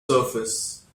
surface